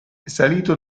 salito